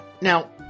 now